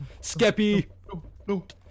Skeppy